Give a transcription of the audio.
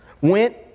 went